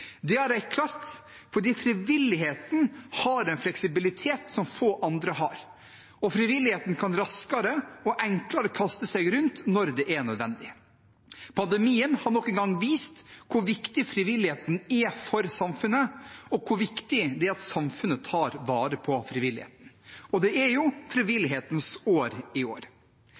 Det har de klart fordi frivilligheten har en fleksibilitet som få andre har, og frivilligheten kan raskere og enklere kaste seg rundt når det er nødvendig. Pandemien har nok en gang vist hvor viktig frivilligheten er for samfunnet, og hvor viktig det er at samfunnet tar vare på frivilligheten. Det er Frivillighetens år i år.